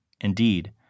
Indeed